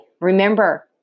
Remember